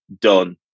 done